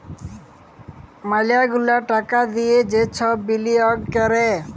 ম্যালা গুলা টাকা দিয়ে যে সব বিলিয়গ ক্যরে